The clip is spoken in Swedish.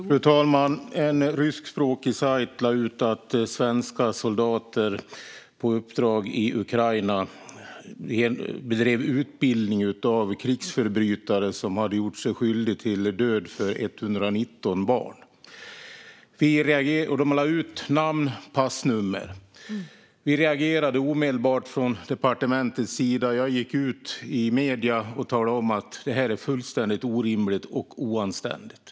Fru talman! En ryskspråkig sajt lade ut att svenska soldater på uppdrag i Ukraina bedrev utbildning av krigsförbrytare som hade gjort sig skyldiga till 119 barns död. De lade ut namn och passnummer. Vi reagerade omedelbart från departementets sida. Jag gick ut i medierna och talade om att detta var fullständigt orimligt och oanständigt.